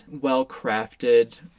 well-crafted